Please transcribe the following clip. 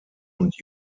und